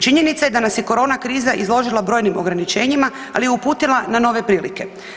Činjenica da nas je corona kriza izložila brojnim ograničenjima, ali i uputila na nove prilike.